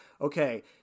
okay